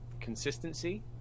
consistency